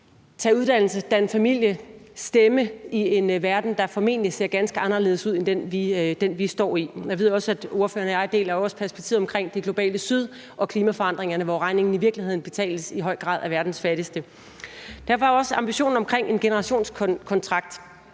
tage uddannelse, danne familie, stemme i en verden, der formentlig ser ganske anderledes ud end den, vi står i. Jeg ved også, at ordføreren og jeg deler perspektivet omkring det globale syd og klimaforandringerne, hvor regningen i virkeligheden i høj grad betales af verdens fattigste. Derfor har vi også en ambition om en generationskontrakt,